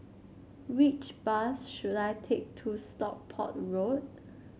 which bus should I take to Stockport Road